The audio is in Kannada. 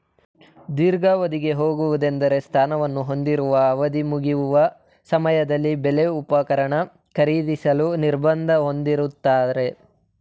ದೀರ್ಘಾವಧಿಗೆ ಹೋಗುವುದೆಂದ್ರೆ ಸ್ಥಾನವನ್ನು ಹೊಂದಿರುವ ಅವಧಿಮುಗಿಯುವ ಸಮಯದಲ್ಲಿ ಬೆಲೆ ಉಪಕರಣ ಖರೀದಿಸಲು ನಿರ್ಬಂಧ ಹೊಂದಿರುತ್ತಾರೆ